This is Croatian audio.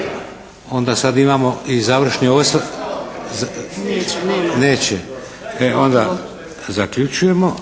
Onda sad imamo i završni osvrt. Neće. E onda zaključujemo